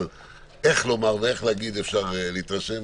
אבל מאיך לומר ואיך להגיד אפשר להתרשם,